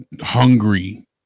hungry